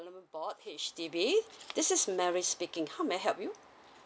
development board H_D_B this is mary speaking how may I help you